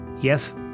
Yes